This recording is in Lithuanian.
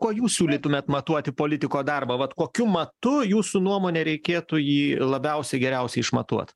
kuo jūs siūlytumėt matuoti politiko darbą vat kokiu matu jūsų nuomone reikėtų jį labiausiai geriausiai išmatuot